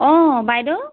অঁ বাইদেউ